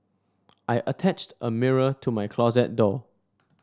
I attached a mirror to my closet door